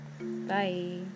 Bye